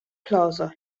plaza